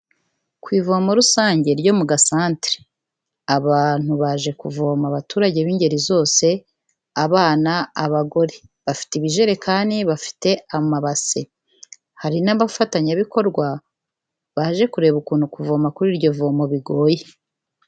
Ku ivomo rusange ryo mu gasantere abantu baje kuvoma, abaturage b'ingeri zose abana, abagore. Bafite ibijerekane, bafite amabase. Hari n'abafatanyabikorwa baje kureba ukuntu kuvoma kuri iryo vomo bigoye.